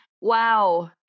Wow